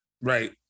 Right